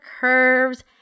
curves